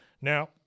Now